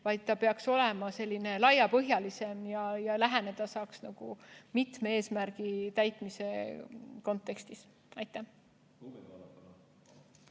vaid ta peaks olema selline laiapõhjalisem, nii et läheneda saaks mitme eesmärgi täitmise kontekstis. Aitäh!